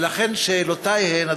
ולכן שאלותיי הן,